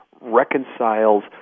reconciles